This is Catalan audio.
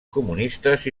comunistes